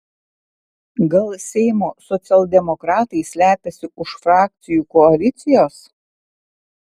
gal seimo socialdemokratai slepiasi už frakcijų koalicijos